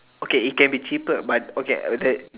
okay it can be cheaper but okay the